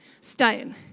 stone